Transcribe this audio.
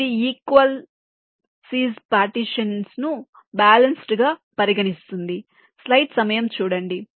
ఇది equal size partitions ను balanced గా పరిగణిస్తుంది